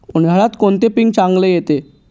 उन्हाळ्यात कोणते पीक चांगले येते?